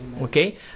okay